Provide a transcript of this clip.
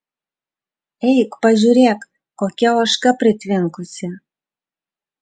eik pažiūrėk kokia ožka pritvinkusi